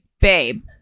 babe